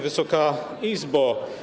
Wysoka Izbo!